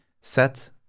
set